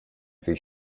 bhí